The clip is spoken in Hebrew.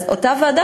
אז אותה ועדה,